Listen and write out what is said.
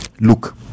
Look